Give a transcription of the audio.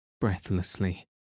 breathlessly